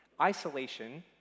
Isolation